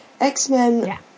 X-Men